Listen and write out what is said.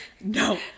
No